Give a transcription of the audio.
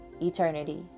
eternity